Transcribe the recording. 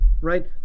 right